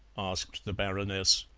asked the baroness.